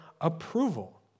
approval